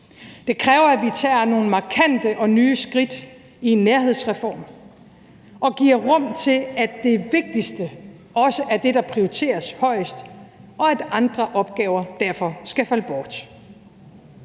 Det kræver, at vi tager nogle markante og nye skridt i en nærhedsreform og giver rum til, at det vigtigste også er det, der prioriteres højest, og at andre opgaver derfor skal falde bort.